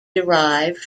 derived